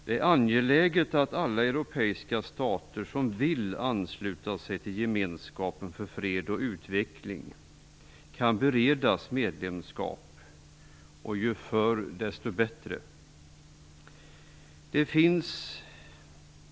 Det är angeläget att alla europeiska stater som vill ansluta sig till gemenskapen för fred och utveckling kan beredas medlemskap, och ju förr desto bättre.